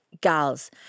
gals